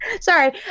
sorry